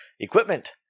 equipment